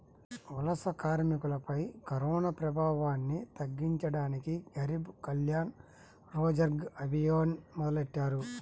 వలస కార్మికులపై కరోనాప్రభావాన్ని తగ్గించడానికి గరీబ్ కళ్యాణ్ రోజ్గర్ అభియాన్ మొదలెట్టారు